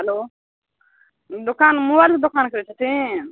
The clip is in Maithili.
हेलो दोकान मोबाइलके दोकान करय छथिन